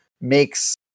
makes